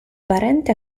parente